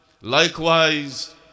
Likewise